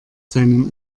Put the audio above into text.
seinen